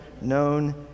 known